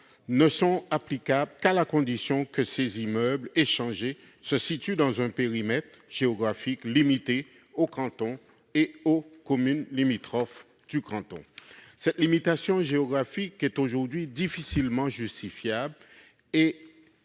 ne sont applicables qu'à la condition que les immeubles échangés se situent dans un périmètre géographique limité au canton et aux communes limitrophes du canton. Cette limitation géographique pour le moins paradoxale est aujourd'hui difficilement justifiable